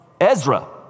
Ezra